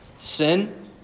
Sin